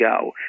go